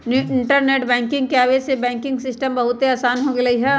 internet banking के आवे से बैंकिंग सिस्टम बहुत आसान हो गेलई ह